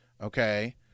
okay